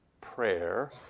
prayer